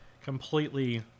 completely